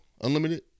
Unlimited